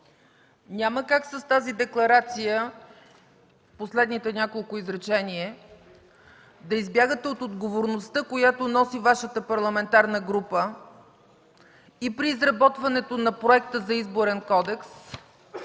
няма как с тази декларация – последните няколко изречения, да избягате от отговорността, която носи Вашата парламентарна група и при изработването на Проекта за Изборен кодекс,